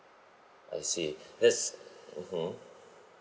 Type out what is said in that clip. I see that's mmhmm